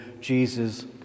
Jesus